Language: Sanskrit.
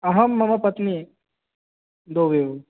अहं मम पत्नी द्वौ एव